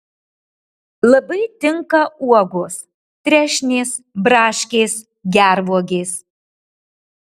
labai tinka uogos trešnės braškės gervuogės